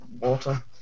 water